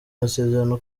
amasezerano